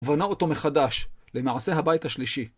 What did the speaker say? בנה אותו מחדש, למעשה הבית השלישי.